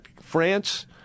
France